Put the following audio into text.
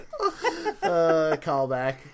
Callback